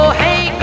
hey